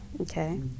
Okay